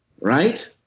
right